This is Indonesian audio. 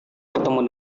bertemu